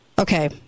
okay